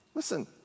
Listen